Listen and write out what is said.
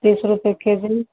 तीस रुपये के जी